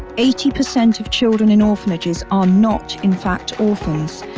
eighty percent of children in orphanages are not in fact orphans,